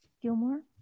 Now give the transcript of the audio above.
Gilmore